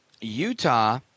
Utah